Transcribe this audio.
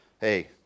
Hey